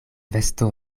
vesto